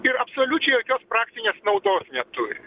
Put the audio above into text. ir absoliučiai jokios praktinės naudos neturi